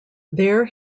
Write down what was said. there